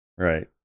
right